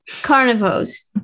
Carnivores